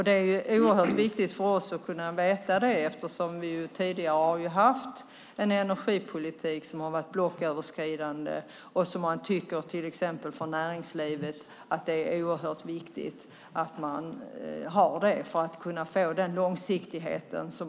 Det är oerhört viktigt för oss att veta det, eftersom vi tidigare har haft en energipolitik som har varit blocköverskridande. Till exempel näringslivet tycker att det är oerhört viktigt att man har det för att kunna få den här långsiktigheten.